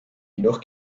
jedoch